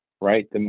right